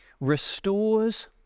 restores